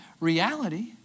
reality